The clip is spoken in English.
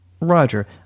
Roger